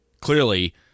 clearly